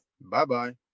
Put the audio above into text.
Bye-bye